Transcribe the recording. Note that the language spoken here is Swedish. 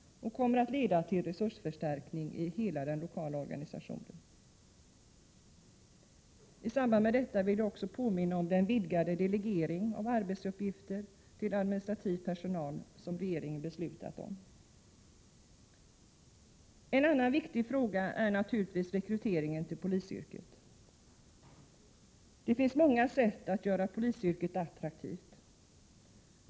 Det kommer att leda till resursförstärkning i hela den lokala organisationen. I samband med detta vill jag också påminna om den vidgade delegering av arbetsuppgifter till administrativ personal som regeringen har beslutat om. En annan viktig fråga är naturligtvis rekryteringen till polisyrket. Det finns många sätt att göra polisyrket attraktivt.